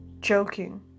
Joking